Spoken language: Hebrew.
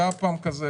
היה פעם כזה,